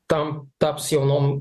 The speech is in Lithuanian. tam taps jaunom